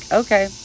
okay